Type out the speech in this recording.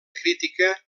crítica